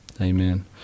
Amen